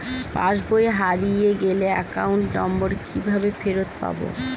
পাসবই হারিয়ে গেলে account number কিভাবে ফেরত পাব?